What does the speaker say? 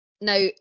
now